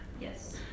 Yes